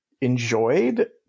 enjoyed